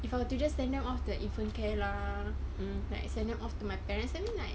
if I were to just send them off to the infant care lah like send them off to my parents I mean like